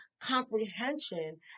comprehension